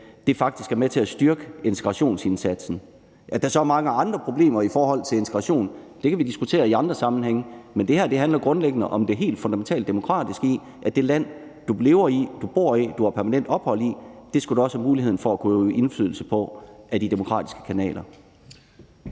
af, faktisk er med til at styrke integrationsindsatsen. At der så er mange andre problemer i forhold til integration, kan vi diskutere i andre sammenhænge. Men det her handler grundlæggende om det helt fundamentalt demokratiske i, at det land, du bor i, lever i, har permanent ophold i, skal du også have mulighed for at øve indflydelse på ad de demokratiske kanaler.